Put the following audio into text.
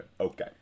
okay